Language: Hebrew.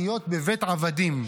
להיות בבית עבדים,